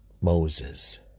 Moses